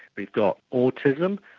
they've got autism,